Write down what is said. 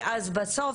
בסוף,